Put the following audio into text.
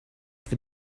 with